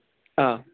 ആ